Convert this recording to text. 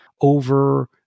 over